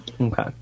Okay